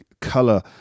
color